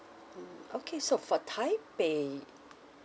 mm okay so for taipei